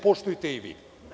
Poštujte i vi.